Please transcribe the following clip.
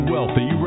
Wealthy